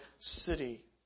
city